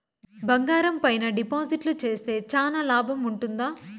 బంగారం పైన డిపాజిట్లు సేస్తే చానా లాభం ఉంటుందా?